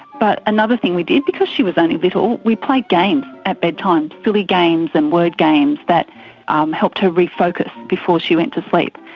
but another thing we did, because she was only little, we played games at bedtime, silly games and word games that um helped her refocus before she went to sleep.